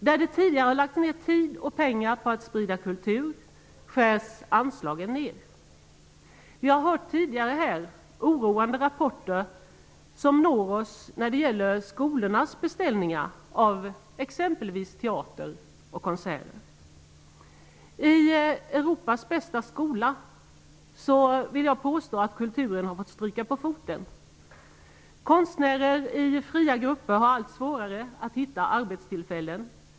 Där det tidigare har lagts ned tid och pengar på att sprida kultur skärs anslagen ned. Vi har hört oroande rapporter om skolornas beställningar av exempelvis teater och konserter. Jag vill påstå att kulturen har fått stryka på foten i ''Europas bästa skola''. Konstnärer i fria grupper har allt svårare att hitta arbetstillfällen.